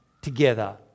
together